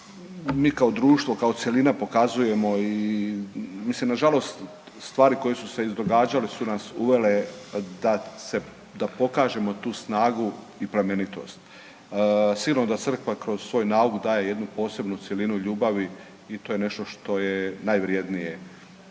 mi kao društvo, kao cjelina pokazujemo i mislim nažalost stvari koje su se izdogađale su nas uvele da se, da pokažemo tu snagu i plemenitost. Sigurno da crkva kroz svoj nauk daje jednu posebnu cjelinu ljubavi i to je nešto što je najvrijednije.